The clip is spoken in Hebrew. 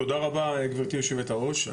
תודה רבה גבירתי יושבת הראש.